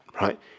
right